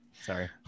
Sorry